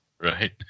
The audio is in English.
Right